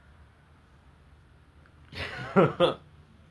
that's why ya